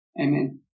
Amen